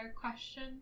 question